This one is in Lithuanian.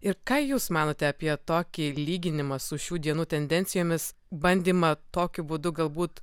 ir ką jūs manote apie tokį lyginimą su šių dienų tendencijomis bandymą tokiu būdu galbūt